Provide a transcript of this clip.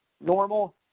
normal